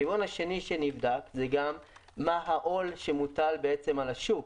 הכיוון השני שנבדק הוא מה העול שמוטל על השוק.